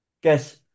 guess